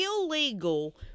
illegal